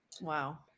Wow